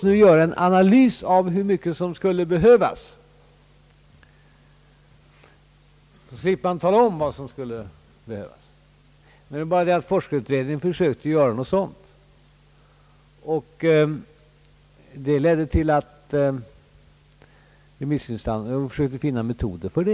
Låt oss göra en analys av hur mycket pengar som behövs, menar man. Forskarutredningen försökte göra det, och även remissinstanserna försökte finna metoder därför.